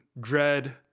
dread